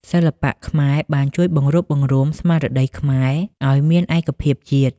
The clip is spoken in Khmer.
សិល្បៈខ្មែរបានជួយបង្រួបបង្រួមស្មារតីខ្មែរឱ្យមានឯកភាពជាតិ។